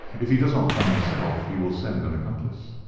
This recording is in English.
if he does not come himself he will send an accomplice.